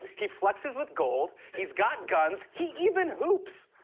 he flexes with gold. he's got guns. he even hoops.